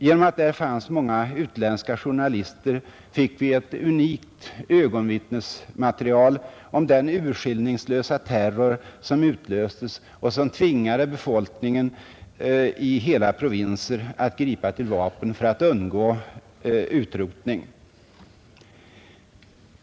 Genom att där fanns många utländska journalister fick vi ett utomordentligt rikt ögonvittnesmaterial om den urskillningslösa terror som utlöstes och som tvingade befolkningen i hela provinser att gripa till vapen för att undgå utrotning.